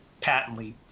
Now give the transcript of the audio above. patently